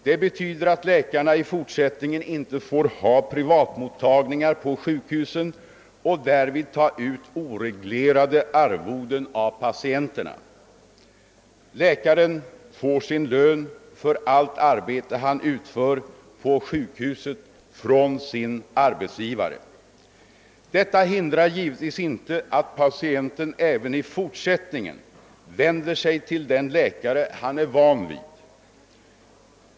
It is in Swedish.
Det betyder att läkarna i fortsättningen inte får ha privatmottagningar på sjukhusen och därvid ta ut oreglerade arvoden av patienterna. Läkaren erhåller sin lön för allt arbete han utför på sjukhuset från sin arbetsgivare. Detta hindrar inte att patienten även i fortsättningen vänder sig till den läkare han är van vid.